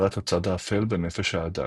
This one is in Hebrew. חקירת הצד האפל בנפש האדם.